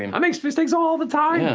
and i make mistakes all the time! yeah